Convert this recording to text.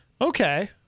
okay